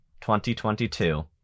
2022